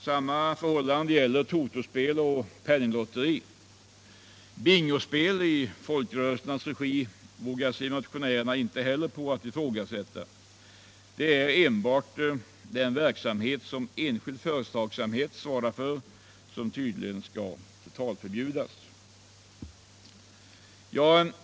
Samma är förhållandet med totospel och penninglotteri. Bingospel i folkrörelsernas regi vågar sig motionärerna inte heller på att ifrågasätta. Det är tydligen enbart den verksamhet som enskild företagsamhet svarar för som skall totalförbjudas.